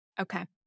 Okay